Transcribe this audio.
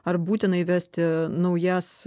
ar būtina įvesti naujas